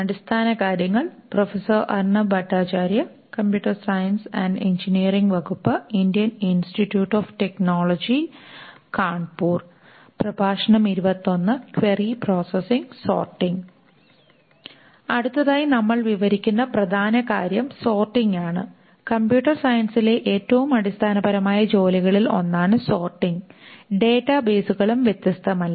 അടുത്തതായി നമ്മൾ വിവരിക്കുന്ന പ്രധാന കാര്യം സോർട്ടിംഗാണ് കമ്പ്യൂട്ടർ സയൻസിലെ ഏറ്റവും അടിസ്ഥാനപരമായ ജോലികളിൽ ഒന്നാണ് സോർട്ടിംഗ് ഡാറ്റാബേസുകളും വ്യത്യസ്തമല്ല